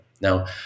Now